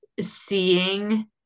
seeing